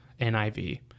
NIV